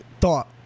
thought